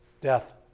Death